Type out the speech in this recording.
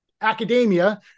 academia